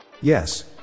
Yes